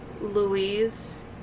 Louise